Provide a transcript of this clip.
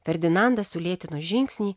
ferdinandas sulėtino žingsnį